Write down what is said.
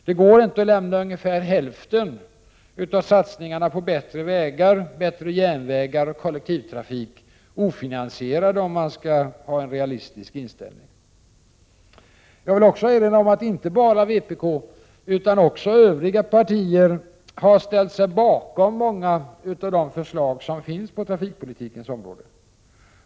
Det går inte att lämna ungefär hälften av satsningarna på bättre vägar, bättre järnvägar och kollektivtrafik ofinansierade, om man vill vara realistisk. Jag vill också erinra om att inte bara vpk utan också övriga partier har ställt sig bakom många av förslagen på trafikpolitikens område.